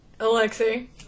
Alexei